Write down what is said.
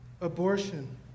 abortion